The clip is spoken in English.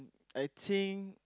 I think